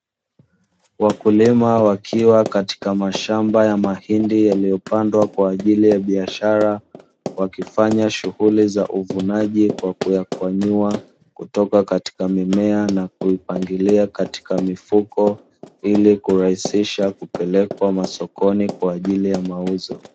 Wakulima wakiwa katika mashamba ya mahindi yaliopandwa kwa ajili ya biashara, wakifanya shughuli za uvunaji kwa kuyakwanyua kutoka katika mimea, na kuipangilia katika mifuko, ili kurahisisha kupelekwa masokoni kwa ajili ya mauzo.